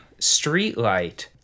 streetlight